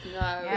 No